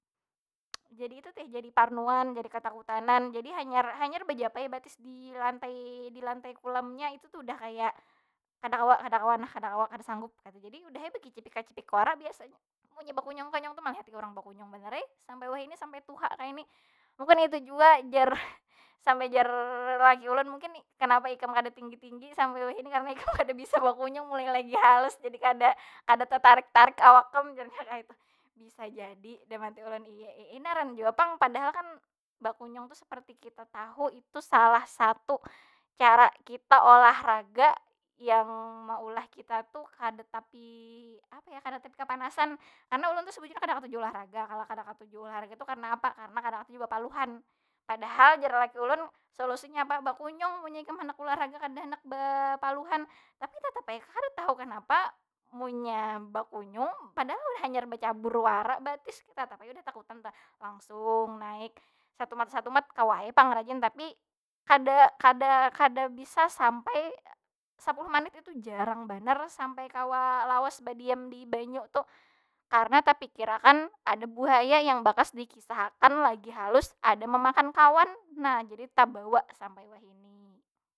Jadi itu teh, jadi parnoan, jadi katakutanan. Jadi hanyar- hanyar bejapai batis di lantai di lantai kolamnya. Itu tu dah kaya kada kawa kada kawa nah kada kawa, kada sanggup. jadi udah ai bekicipak kicipik wara biasanya, munnya bekunyung- kunyung tu. Melihati urang bekunyung banar ai, sampai wahini. Sampai tuha kayni. Mungkin itu jua jar, sampai jar laki ulun, mungkin kenapa ikam kada tinggi- tinggi sampai wahini karna ikam kada bisa bakunyung mulai lagi halus. Jadi kada, kada tetarik tarik awak kam, jar nya kaytu. Bisa jadi, dalam hati ulun ini aran jua pang. Padahal bakunyung tu seperti kita tahu itu salah satu cara kita olahraga yang meolah kita tu kada tapi, apa ya? Kada tapi kapanasan. Karena ulun tu sebetulnya kada ketuju olahraga kalo. Kada katuju olahraga tu karana apa? Karna kada katuju bepaluhan. Padahal jar laki ulun, solusinya apa? Bakunyung munnya ikam handak olahraga kada handak bepaluhan. Tapi tetap ai kah, kada tahu kenapa munnya bakunyung, padahal hanyar becabur wara batis. Kaya tatap ai udah takutan tu nah, langsung naik. Satumat- satumat kawa ai pang rajin, tapi kada- kada- kada bisa sampai sapuluh manit. Itu jarang banar sampai kawa lawas badiam di banyu tu. Karna tapikir akan ada buhaya yang bakas dikisah akan lagi halus ada memakan kawan. Nah jadi tabawa sampai wahini.